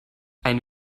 ein